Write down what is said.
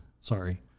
Sorry